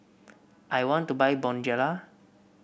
I want to buy Bonjela